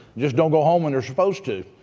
just don't go home when they're supposed to.